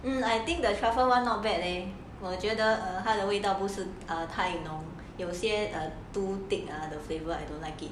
um I think the truffle one not bad leh 我觉得它的味道不是太浓 you know 有些 too thick ah the flavour I don't like it